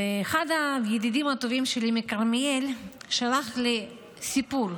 ואחד הידידים הטובים שלי מכרמיאל שלח לי סיפור,